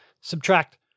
Subtract